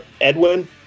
Edwin